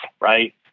right